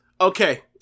Okay